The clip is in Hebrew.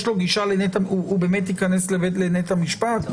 יש לו גישה, הוא באמת ייכנס לבית המשפט?